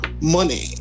Money